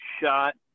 shot